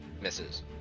misses